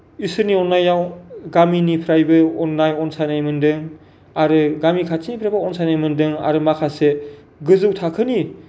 इसोरनि अननायाव गामिनिफ्रायबो अननाय अनसायनाय मोनदों आरो गामि खाथिनिफ्रायबो अनसायनाय मोनदों आरो माखासे गोजौ थाखोनि